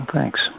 Thanks